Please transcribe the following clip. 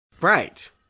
Right